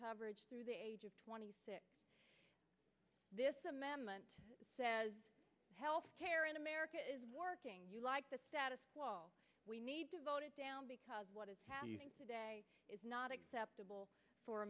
coverage through the age of twenty six this amendment says health care in america is working like the status quo we need to vote it down because what is happening today is not acceptable for